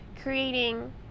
creating